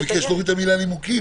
הוא ביקש להוריד את המילה "נימוקים",